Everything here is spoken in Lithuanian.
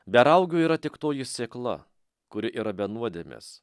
be raugių yra tik toji sėkla kuri yra be nuodėmės